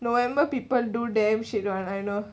november people do damn shit [one] I know